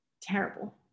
terrible